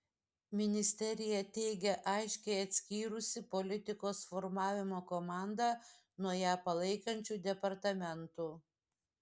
ministerija teigia aiškiai atskyrusi politikos formavimo komandą nuo ją palaikančių departamentų